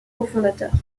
cofondateurs